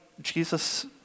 Jesus